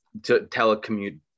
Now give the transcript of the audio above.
telecommute